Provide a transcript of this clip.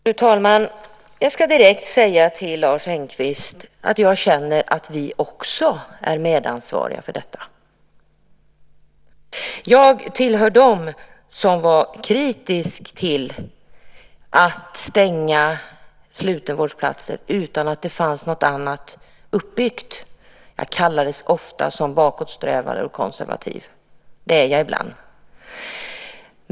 Fru talman! Jag ska direkt säga till Lars Engqvist att jag känner att vi är medansvariga. Jag tillhörde dem som var kritiska till att stänga slutenvårdsplatser utan att det fanns något annat uppbyggt. Jag kallades ofta för bakåtsträvare och konservativ, och det är jag ibland.